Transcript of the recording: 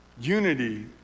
unity